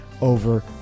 over